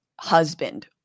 husband